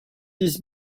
this